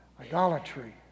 idolatry